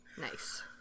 Nice